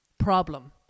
problem